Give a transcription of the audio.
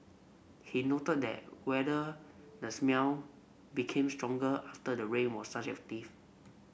he noted that whether the smell became stronger after the rain was subjective